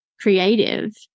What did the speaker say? creative